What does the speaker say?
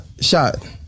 shot